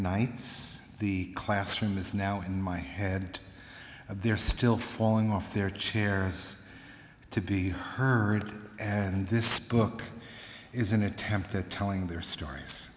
nights the classroom is now in my head of they're still falling off their chairs to be heard and this book is an attempt at telling their stories